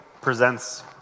presents